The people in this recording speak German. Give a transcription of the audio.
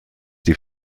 die